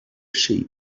sheep